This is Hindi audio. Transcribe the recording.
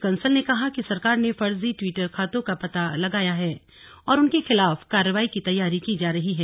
कंसल ने कहा कि सरकार ने फर्जी ट्वीटर खातों का पता लगाया है और उनके खिलाफ कार्रवाई की तैयारी की जा रही है